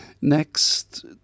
Next